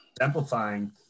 amplifying